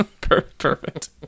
Perfect